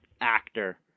actor